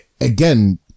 again